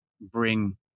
bring